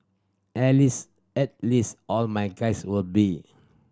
at least at least all my guys will be